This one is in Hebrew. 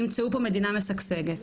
ימצאו פה מדינה משגשגת.